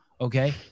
Okay